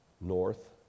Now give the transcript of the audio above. north